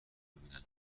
ببینن